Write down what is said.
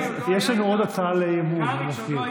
יש לנו עוד הצעה לאי-אמון, אני מזכיר.